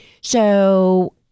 So-